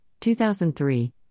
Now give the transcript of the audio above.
2003